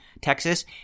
Texas